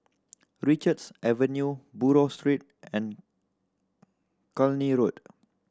Richards Avenue Buroh Street and Cluny Road